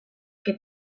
que